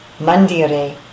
Mandire